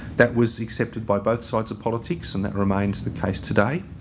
that was accepted by both sides of politics and that remains the case today.